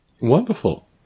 Wonderful